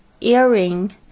Earring